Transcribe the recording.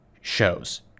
shows